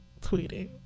tweeting